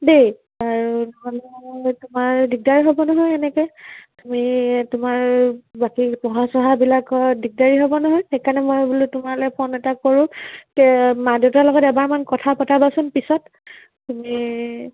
দেই আৰু তোমাৰ দিগদাৰ হ'ব নহয় এনেকৈ তুমি তোমাৰ বাকী পঢ়া চঢ়া বিলাকত দিগদাৰী হ'ব নহয় সেইকাৰণে মই বোলো তোমালৈ ফোন এটা কৰোঁ তে মা দেউতাৰ লগত এবাৰমান কথা পতাবাচোন পিছত তুমি